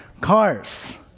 cars